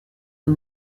aux